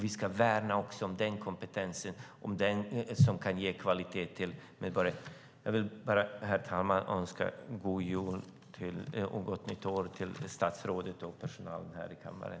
Vi ska värna också om den kompetensen som kan ge kvalitet till medborgarna. Jag vill bara, herr talman, önska god jul och gott nytt år till statsrådet och personalen här i kammaren.